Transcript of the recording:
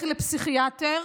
לכי לפסיכיאטר,